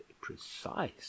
precise